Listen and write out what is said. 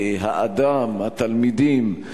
האדם, התלמידים,